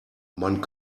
man